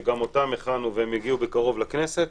שגם אותן הכנו והן יגיעו בקרוב לכנסת,